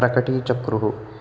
प्रकटीचक्रुः